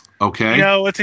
okay